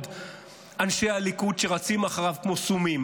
אנשי הליכוד שרצים אחריו כסומים?